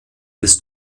des